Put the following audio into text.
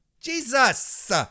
Jesus